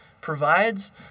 provides